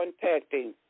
contacting